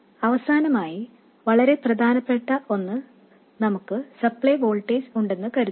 അവസാനമായി വളരെ പ്രധാനപ്പെട്ട ഒന്ന് നമുക്ക് സപ്ലൈ വോൾട്ടേജ് ഉണ്ടെന്ന് കരുതുക